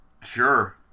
Sure